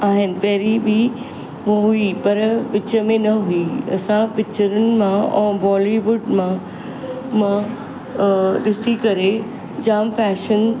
आहिनि पहिरीं बि हूअ हुई पर विच में न हुई असां पिकिचरुनि मां ऐं बॉलीवुड मां मां ॾिसी करे जाम फैशन